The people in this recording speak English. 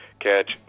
catch